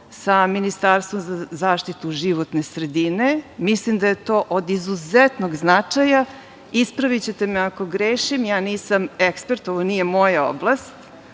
sa Ministarstvom za zaštitu životne sredine? Mislim da je to od izuzetnog značaja. Ispravićete me ako grešim, ja nisam ekspert, ovo nije moja oblast,